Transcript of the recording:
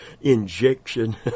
injection